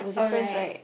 alright